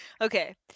Okay